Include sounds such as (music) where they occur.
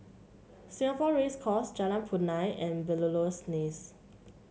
Singapore Race Course Jalan Punai and Belilios (unintelligible)